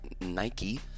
Nike